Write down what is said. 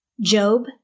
Job